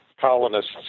colonists